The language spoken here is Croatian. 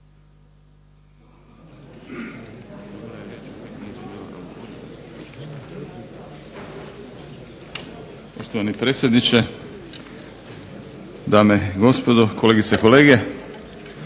Poštovani predsjedniče, dame i gospodo, kolegice i kolege.